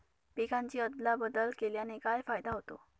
पिकांची अदला बदल केल्याने काय फायदा होतो?